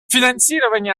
финансирование